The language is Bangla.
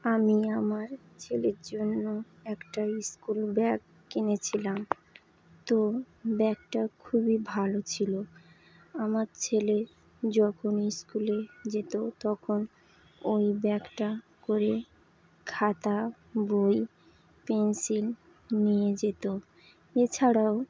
আমি আমার ছেলের জন্য একটা স্কুল ব্যাগ কিনেছিলাম তো ব্যাগটা খুবই ভালো ছিলো আমার ছেলে যখন স্কুলে যেত তখন ওই ব্যাগটা করে খাতা বই পেন্সিল নিয়ে যেত এছাড়াও